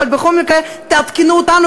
אבל בכל מקרה תעדכנו אותנו,